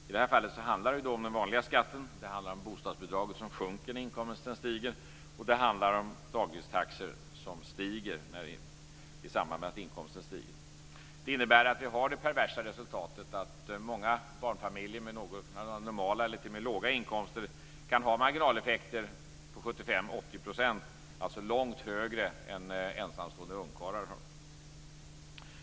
I det här fallet handlar det om den vanliga skatten, om bostadsbidraget som sjunker när inkomsterna stiger och om dagistaxor som stiger i samband med att inkomsten stiger. Det innebär att det perversa resultatet blir att många barnfamiljer med någorlunda normala eller t.o.m. med låga inkomster kan ha marginaleffekter på 75-80 %, alltså långt högre än vad ensamstående ungkarlar har.